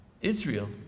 Israel